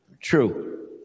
true